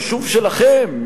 היישוב שלכם,